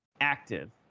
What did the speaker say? active